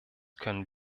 können